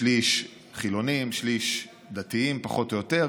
שליש חילונים, שליש דתיים, פחות או יותר.